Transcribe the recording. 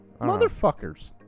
Motherfuckers